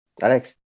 alex